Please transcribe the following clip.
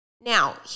Now